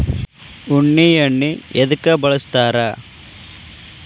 ಉಣ್ಣಿ ಎಣ್ಣಿ ಎದ್ಕ ಬಳಸ್ತಾರ್?